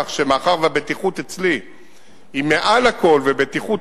כך שמאחר שאצלי הבטיחות היא מעל לכול ובטיחות